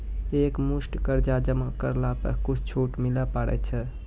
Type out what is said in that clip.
एक मुस्त कर्जा जमा करला पर कुछ छुट मिले पारे छै?